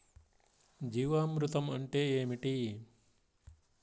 జీవామృతం అంటే ఏమిటి?